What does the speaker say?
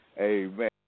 Amen